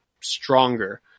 stronger